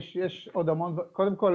קודם כל,